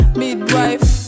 midwife